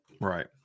Right